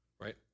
right